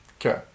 Okay